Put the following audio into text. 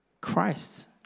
Christ